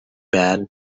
bad